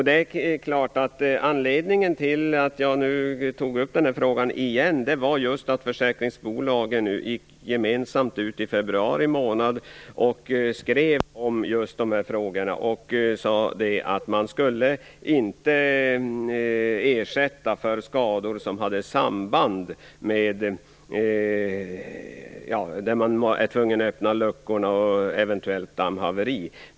Fru talman! Anledningen till att jag tog upp den här frågan igen var att försäkringsbolagen i en gemensam skrivelse i februari månad sade att man inte skulle ersätta skador som hade samband med öppnade dammluckor och eventuellt dammhaveri.